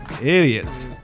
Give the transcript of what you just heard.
Idiots